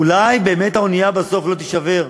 אולי באמת האונייה בסוף לא תישבר.